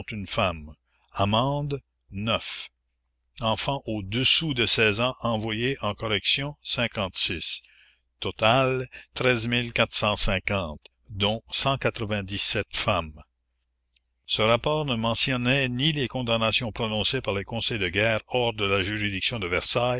une femme mende nfants au-dessous de ans envoyés en correction otal dont femmes ce rapport ne mentionnait ni les condamnations prononcées par les conseils de guerre hors de la juridiction de versailles